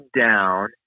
down